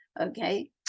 Okay